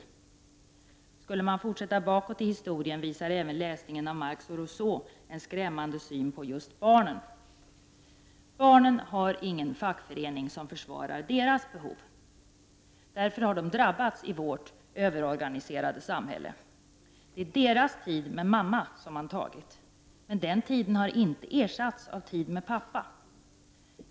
Om man skulle fortsätta bakåt i historien visar även läsning av Marx och Rosseau en skrämmande syn på just barnen. Barnen har ingen fackförening som försvarar deras behov. Därför har de drabbats i vårt överorganiserade samhälle. Det är deras tid med mamma som man har tagit. Men den tiden har inte ersatts av tid med pappa.